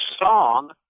song